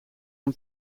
een